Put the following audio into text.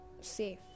safe